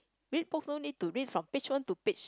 read books no need to read from page one to page